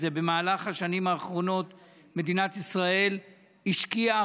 במהלך השנים האחרונות מדינת ישראל השקיעה